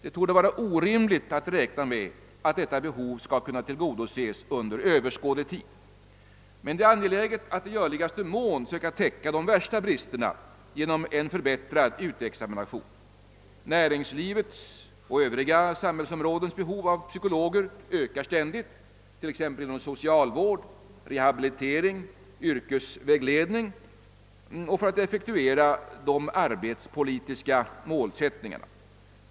Det torde vara orimligt att räkna med att detta behov skall kunna tillgodoses under överskådlig tid, men det är angeläget att i görligaste mån söka täcka de värsta bristerna genom en förbättrad utexamination. Näringslivets och övriga samhällsområdens behov av psykologer ökar ständigt inom t.ex. socialvård, rehabilitering och yrkesvägledning samt när det gäller att effektuera de arbetspolitiska målsättningarna.